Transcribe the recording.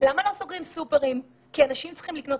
לא סוגרים סופרים כי אנשים צריכים לקנות